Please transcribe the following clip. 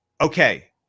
okay